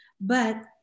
but-